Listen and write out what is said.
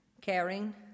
caring